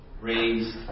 raised